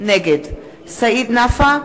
נגד סעיד נפאע,